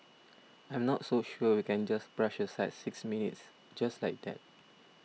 I'm not so sure we can just brush aside six minutes just like that